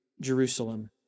Jerusalem